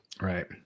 right